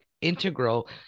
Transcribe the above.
integral